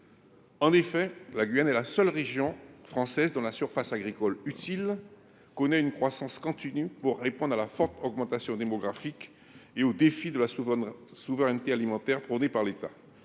En effet, la Guyane est la seule région française dont la surface agricole utile connaît une croissance continue, pour répondre à la forte augmentation démographique et au défi de la souveraineté alimentaire, prônée par l’État.